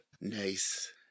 Nice